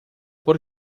por